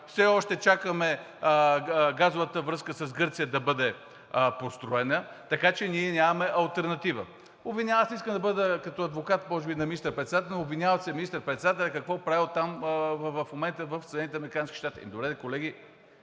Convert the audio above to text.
все още чакаме газовата връзка с Гърция да бъде построена, така че ние нямаме алтернатива. Аз не искам да бъда като адвокат може би на министър-председателя, но се обвинява министър-председателят какво правел в момента в Съединените